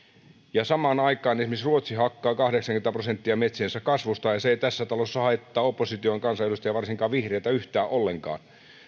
ja samaan aikaan esimerkiksi ruotsi hakkaa kahdeksankymmentä prosenttia metsiensä kasvusta ja se ei tässä talossa haittaa opposition kansanedustajia varsinkaan vihreitä yhtään ollenkaan